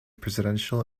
presidential